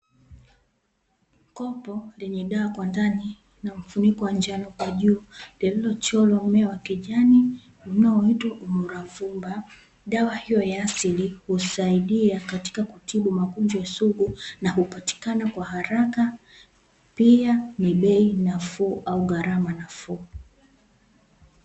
Kopo lenye dawa kwa ndani na mfuniko wa njano kwa juu, lililochorwa mmea wa kijani unaoitwa umuravumba. Dawa hiyo ya asili husaidia katika kutibu magonjwa sugu na hupatikana kwa haraka pia ni bei nafuu au gharama nafuu.